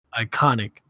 Iconic